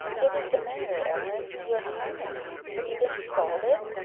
what is the matter, ellen? you are crying have you been scalded?